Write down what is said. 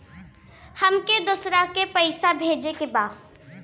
हमके दोसरा के पैसा भेजे के बा?